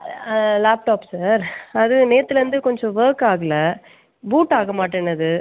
laptop sir அது நேத்திலேருந்து கொஞ்சம் ஒர்க் ஆகலை பூட் ஆக மாட்டேனுது